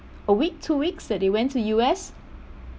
a week two weeks that they went to U_S